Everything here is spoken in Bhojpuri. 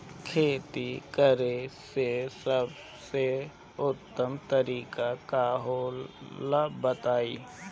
खेती करे के सबसे उत्तम तरीका का होला बताई?